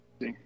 See